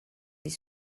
les